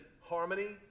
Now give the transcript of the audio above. harmony